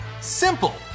Simple